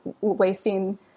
wasting